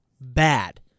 bad